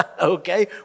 Okay